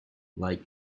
like